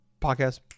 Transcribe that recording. podcast